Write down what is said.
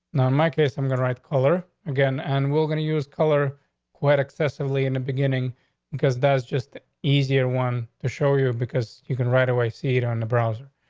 now, in my case, i'm the right color again. and we're gonna use color quite excessively in the beginning because that's just easier one to show you because you can right away. see it on the browser.